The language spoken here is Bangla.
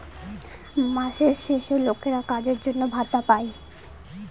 মাসের শেষে লোকেরা কাজের জন্য ভাতা পাই